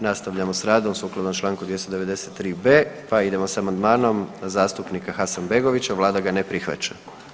Nastavljamo s radom sukladno čl. 293.b. pa idemo s amandmanom zastupnika Hasanbegovića, vlada ga ne prihvaća.